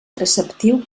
preceptiu